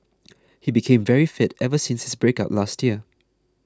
he became very fit ever since his breakup last year